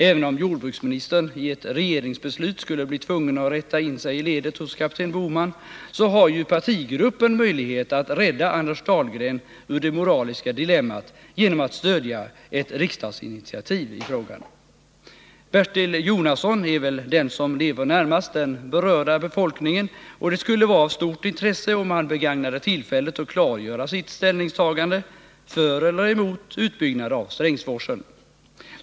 Även om jordbruksministern i ett regeringsbeslut skulle bli tvungen att rätta in sig i ledet hos kapten Bohman, har ju partigruppen möjlighet att rädda Anders Dahlgren ur det moraliska dilemmat genom att stödja ett riksdagsinitiativ i frågan. Bertil Jonasson är väl den som lever närmast den berörda befolkningen, och det skulle vara av stort intresse om han begagnade tillfället att klargöra sitt ställningstagande — för eller emot utbyggnad av Strängsforsen.